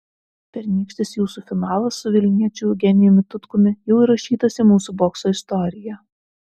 pernykštis jūsų finalas su vilniečiu eugenijumi tutkumi jau įrašytas į mūsų bokso istoriją